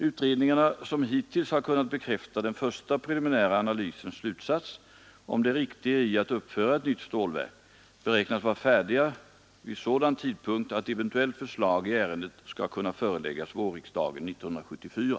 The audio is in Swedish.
Utredningarna, som hittills har kunnat bekräfta den första preliminära analysens slutsats om det riktiga i att uppföra ett nytt stålverk, beräknas vara färdiga vid sådan tidpunkt att eventuellt förslag i ärendet skall kunna föreläggas vårriksdagen 1974.